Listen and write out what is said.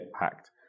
hacked